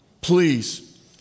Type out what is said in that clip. please